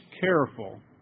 careful